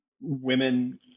women